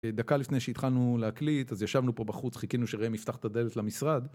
דקה לפני שהתחלנו להקליט, אז ישבנו פה בחוץ, חיכינו שראם יפתח את הדלת למשרד